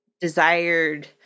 desired